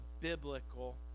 biblical